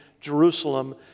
Jerusalem